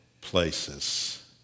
places